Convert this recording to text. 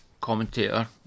commentator